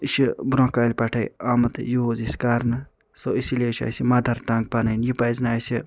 یہِ چھِ برٛۄنٛہہ کالہِ پٮ۪ٹھٔے آمُت یوٗز أسۍ کرنہٕ سو اِسی لیے چھِ اسہِ یہِ مدر ٹنٛگ پنٕنۍ یہِ پَزِ نہٕ اسہِ